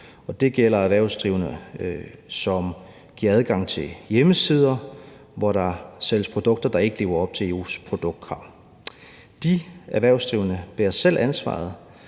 det gælder erhvervsdrivende, som giver adgang til hjemmesider, hvor der sælges produkter, der ikke lever op til EU's produktkrav. De erhvervsdrivende bærer selv ansvaret